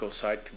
side